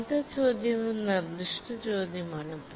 മൂന്നാമത്തെ ചോദ്യം ഒരു നിർദ്ദിഷ്ട ചോദ്യമാണ്